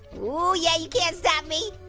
ooh, yeah, you can't stop me!